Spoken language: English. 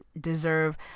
deserve